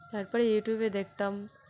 তার পরে ইউটিউবে দেখতাম